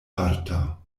marta